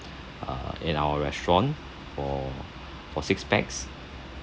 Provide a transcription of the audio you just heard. uh in our restaurant for for six pax